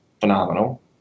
phenomenal